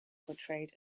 portrayed